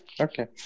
Okay